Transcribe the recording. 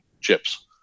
chips